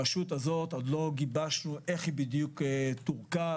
עוד לא גיבשנו איך הרשות הזו תורכב,